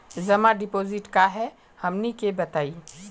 जमा डिपोजिट का हे हमनी के बताई?